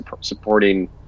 supporting